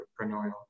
entrepreneurial